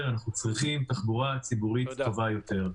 אנחנו צריכים תחבורה ציבורית טובה יותר.